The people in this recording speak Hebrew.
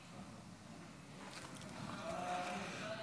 4 נתקבלו.